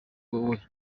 wowe